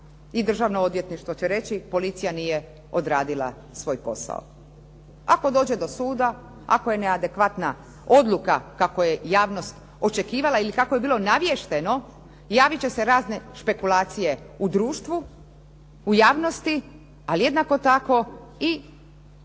i državno odvjetništvo će reći policija nije odradila svoj posao. Ako dođe do suda, ako je neadekvatna odluka kako je javnost očekivala ili kako je bilo naviješteno javit će se razne špekulacije u društvu, u javnosti ali jednako tako i svi oni